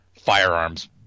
firearms